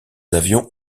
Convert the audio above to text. avions